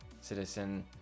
citizen